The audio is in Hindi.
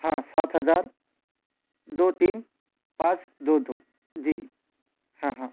हाँ सात हज़ार दो तीन पाँच दो दो जी हाँ हाँ